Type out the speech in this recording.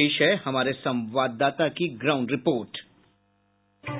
पेश है हमारे संवाददाता की ग्राउण्ड रिपोर्ट बाईट